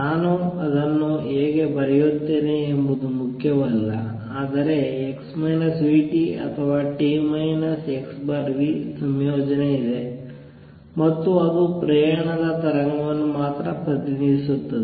ನಾನು ಅದನ್ನು ಹೇಗೆ ಬರೆಯುತ್ತೇನೆ ಎಂಬುದು ಮುಖ್ಯವಲ್ಲ ಆದರೆ x v t ಅಥವಾ t x v ಸಂಯೋಜನೆ ಇದೆ ಮತ್ತು ಅದು ಪ್ರಯಾಣದ ತರಂಗವನ್ನು ಮಾತ್ರ ಪ್ರತಿನಿಧಿಸುತ್ತದೆ